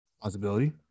Possibility